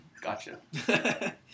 Gotcha